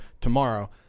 tomorrow